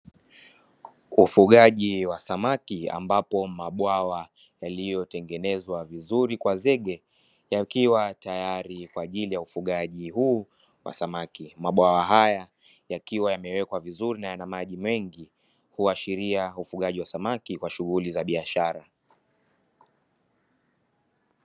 Ufugaji wa samaki, ambapo mabwawa yaliyotengenezwa vizuri kwa zege, yakiwa tayari kwa ajili ya ufugaji huu wa samaki. Mabwawa haya yakiwa yamewekwa vizuri na yana maji mengi, huashiria ufugaji wa samaki kwa shughuli za biashara.